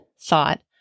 thought